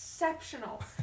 exceptional